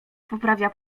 poprawia